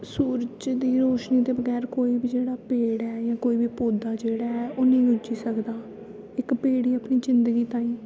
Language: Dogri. सूरज दी रोशनी दे बगैर कोई बी जेह्ड़ा पेड़ ऐ जां कोई बी पौधा जेह्ड़ा ऐ ओह् निं उज्जी सकदा इक पेड़ गी अपनी जिन्दगी ताईं